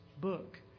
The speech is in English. book